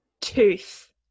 Tooth